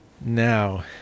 Now